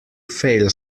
fail